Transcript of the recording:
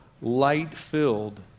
light-filled